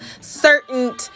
certain